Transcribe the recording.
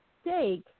steak